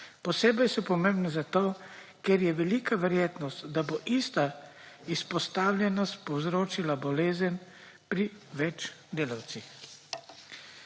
Posebej so pomembne zato, ker je velika verjetnost, da bo ista izpostavljenost povzročila bolezen pri več delavcih.